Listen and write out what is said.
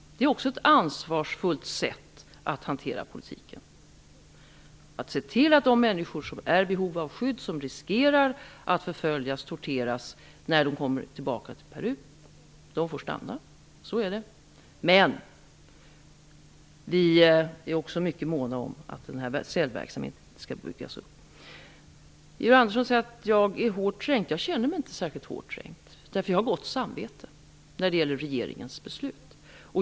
Det är också ett ansvarsfullt sätt att hantera politiken. De människor som är i behov av skydd och som riskerar att förföljas och torteras när det kommer tillbaka till Peru får stanna, men vi är också mycket måna om att någon cellverksamhet inte skall byggas upp. Georg Andersson säger att jag är hårt trängd. Jag känner mig inte särskilt hårt trängd, eftersom jag har gott samvete beträffande regeringens beslut.